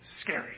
scary